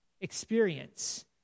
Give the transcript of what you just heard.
experience